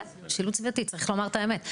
כן, משילות סביבתית, צריך לומר את האמת.